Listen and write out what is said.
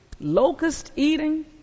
locust-eating